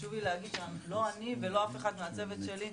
חשוב לי להגיד שלא אני ולא אף אחד מהצוות שלי,